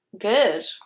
good